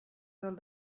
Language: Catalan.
del